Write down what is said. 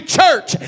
church